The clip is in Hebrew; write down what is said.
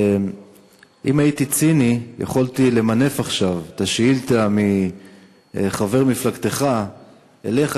אם הייתי ציני יכולתי למנף עכשיו את השאילתה מחבר מפלגתך אליך,